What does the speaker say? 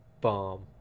bomb